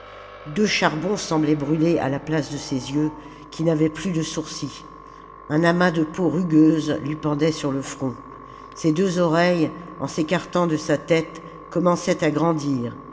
deux charbons semblaient brûler à la place de ses yeux qui n'avaient plus de sourcils un amas de peau rugueuse lui pendait sur le front ses deux oreilles en s'écartant de sa tête commençaient à grandir